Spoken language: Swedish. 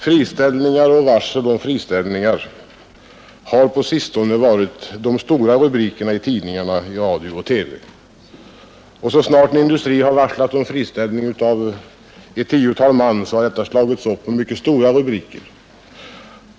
Friställningar och varsel om friställningar har på sistone varit de stora rubrikerna i tidningarna, radio och TV. Så snart en industri har varslat om friställning av ett tiotal man har det slagits upp med mycket stora rubriker.